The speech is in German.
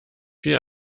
viel